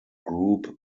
group